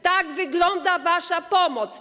Tak wygląda wasza pomoc.